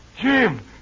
Jim